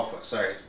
Sorry